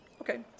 Okay